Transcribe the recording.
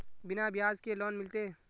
बिना ब्याज के लोन मिलते?